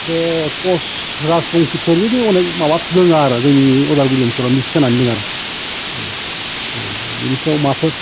बे कच राजबंसिफोर बिदि अनेक माबाफोर दङ आरो जोंनि अदालगुरि ओनसोलाव मिक्स जाना दङ आरो औ ओमफ्राय माबाफोर